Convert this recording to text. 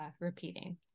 repeating